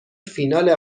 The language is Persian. فینال